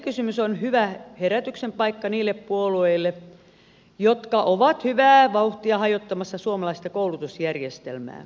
välikysymys on hyvä herätyksen paikka niille puolueille jotka ovat hyvää vauhtia hajottamassa suomalaista koulutusjärjestelmää